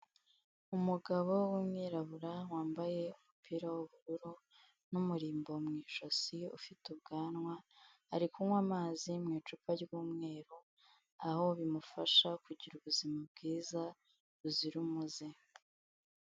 Umugabo w'umwirabura wambaye umupira w'ubururu, n'umurimbo mu ijosi ufite ubwanwa, ari kunywa amazi mu icupa ry'umweru, aho bimufasha kugira ubuzima bwiza buzira umuze.